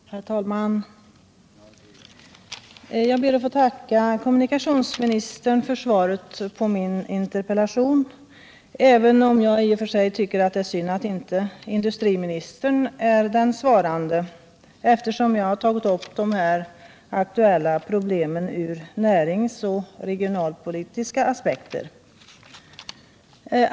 Herr talman! Jag ber att få tacka kommunikationsministern för svaret på min interpellation, även om jag i och för sig tycker det är synd att inte industriministern är den svarande, eftersom jag tagit upp de aktuella problemen ur näringsoch regionalpolitiska aspekter.